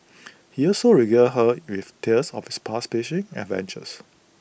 he also regaled her with tales of his past fishing adventures